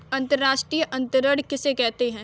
अंतर्राष्ट्रीय अंतरण किसे कहते हैं?